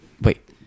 Wait